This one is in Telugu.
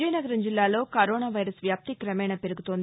విజయనగరం జిల్లాలో కరోనా వైరస్ వ్యాప్తి కమేణా పెరుగుతోంది